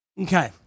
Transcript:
Okay